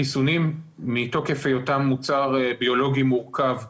חיסונים מתוקף היותם מוצר ביולוגי מורכב,